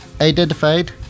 identified